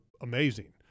amazing